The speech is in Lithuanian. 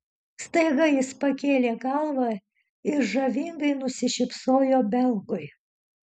staiga jis pakėlė galvą ir žavingai nusišypsojo belgui